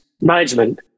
management